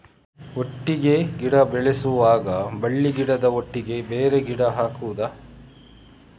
ಒಟ್ಟಿಗೆ ಗಿಡ ಬೆಳೆಸುವಾಗ ಬಳ್ಳಿ ಗಿಡದ ಒಟ್ಟಿಗೆ ಬೇರೆ ಗಿಡ ಹಾಕುದ?